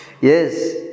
Yes